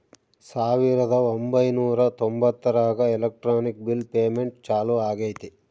ಸಾವಿರದ ಒಂಬೈನೂರ ತೊಂಬತ್ತರಾಗ ಎಲೆಕ್ಟ್ರಾನಿಕ್ ಬಿಲ್ ಪೇಮೆಂಟ್ ಚಾಲೂ ಆಗೈತೆ